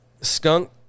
skunk